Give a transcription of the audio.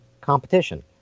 competition